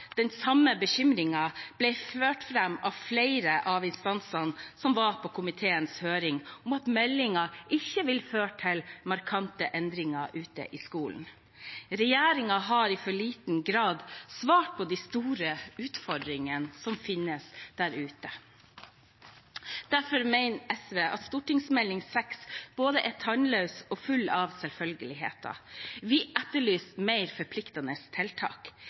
den samme bekymringen ble framført av flere av instansene som var på komiteens høring, om at meldingen ikke vil føre til markante endringer ute i skolen. Regjeringen har i for liten grad svart på de store utfordringene som finnes der ute. Derfor mener SV at stortingsmeldingen er både tannløs og full av selvfølgeligheter. Vi etterlyser mer forpliktende tiltak.